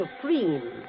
supreme